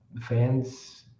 fans